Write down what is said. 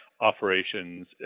operations